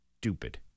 stupid